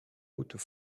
hautes